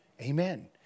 Amen